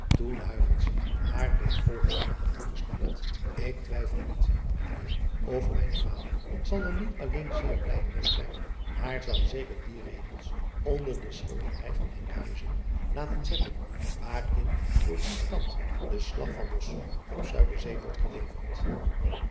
haar dit volgaarne had toegestemd k twijfel niet ijnheer of mijn vader zal er niet alleen zeer blijde meê zijn maar zal zeker die regels onder de schilderij van nkhuizen laten zetten waarin voor die stad de slag van op uiderzee wordt geleverd